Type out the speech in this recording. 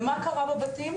ומה קרה בבתים?